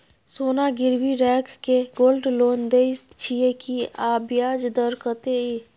सोना गिरवी रैख के गोल्ड लोन दै छियै की, आ ब्याज दर कत्ते इ?